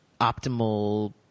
optimal